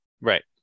Right